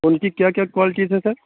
ان کی کیا کیا کوالٹیز ہیں سر